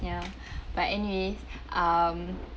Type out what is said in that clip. ya but anyways um